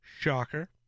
Shocker